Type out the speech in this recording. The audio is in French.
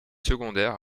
secondaires